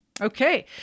Okay